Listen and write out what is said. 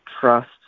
trust